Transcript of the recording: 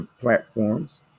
platforms